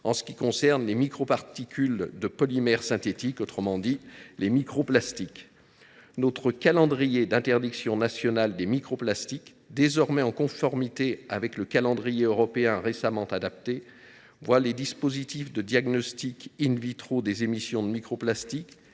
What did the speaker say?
en ce qui concerne les microparticules de polymère synthétique – autrement dit, les microplastiques. En vertu de notre calendrier d’interdiction nationale des microplastiques, désormais conforme au calendrier européen récemment adapté, les dispositifs de diagnostic des émissions de microplastiques